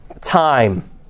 time